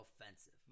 offensive